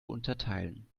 unterteilen